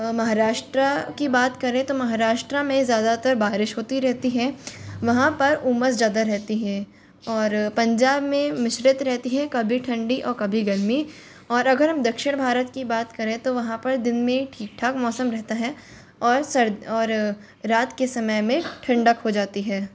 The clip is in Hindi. महाराष्ट्र कि बात करें तो महाराष्ट्र में ज़्यादातर बारिश होती रहती है वहाँ पर उमस ज़्यादा रहती है और पंजाब मे मिश्रित रहती है कभी ठंडी और कभी गर्मी और अगर हम दक्षिण भारत कि बात करें तो वहाँ पर दिन मे ठीक ठाक मौसम रहता है और सर्द और रात के समय में ठंडक हो जाती है